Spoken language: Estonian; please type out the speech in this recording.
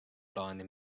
plaani